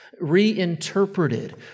Reinterpreted